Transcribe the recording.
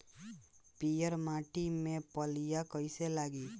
पीयर माटी में फलियां कइसे लागी?